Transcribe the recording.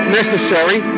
necessary